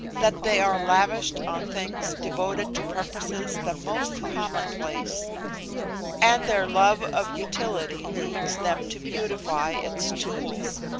that they are lavished on things devoted to purposes the most commonplace and their love of utility leads them to beautify its tools,